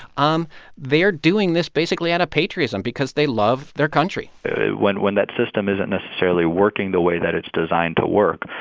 um they're doing this basically out of patriotism because they love their country when when that system isn't necessarily working the way that it's designed to work,